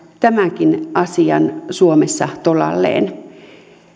tämänkin asian suomessa tolalleen